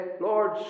Lord